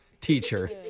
teacher